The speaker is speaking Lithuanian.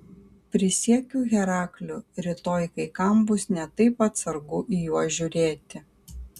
prisiekiu herakliu rytoj kai kam bus ne taip atsargu į juos žiūrėti